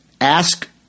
ask